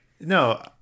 No